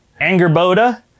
Angerboda